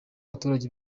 abaturage